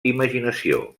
imaginació